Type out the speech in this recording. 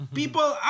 people